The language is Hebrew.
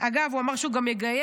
אגב, הוא אמר שהוא גם יגייס